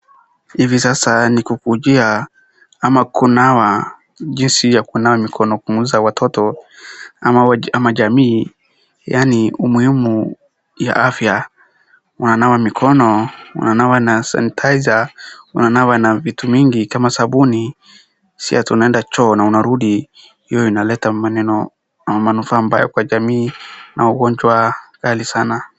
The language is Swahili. Hivi sasa ni kukujia ama kunawa jinsi ya kunawa mikono, kufundisha watoto ama jamii yaani umuhimu wa afya, unanawa mikono, unanawa na sanitizer , unanawa na vitu mingi kama sabuni siati unaenda choo na unarudi, hiyo inaleta maneno ama manufaa mbaya kwa jamii na ugonjwa kali sana.